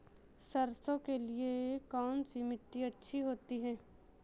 सरसो के लिए कौन सी मिट्टी अच्छी होती है?